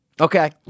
Okay